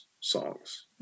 songs